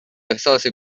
احساس